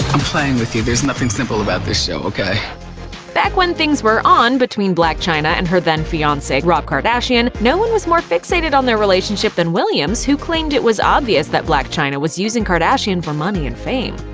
i'm playing with you there's nothing simple about this show, okay. blac chyna back when things were on between blac chyna and her then-fiance rob kardashian, no one was more fixated on their relationship than williams, who claimed it was obvious that blac chyna was using kardashian for money and fame.